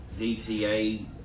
DCA